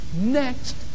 next